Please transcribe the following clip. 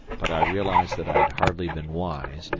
but i realized that i had hardly been wise,